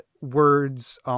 Words